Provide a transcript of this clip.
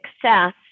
success